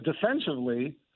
defensively